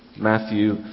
Matthew